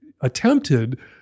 attempted